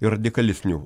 ir radikalesnių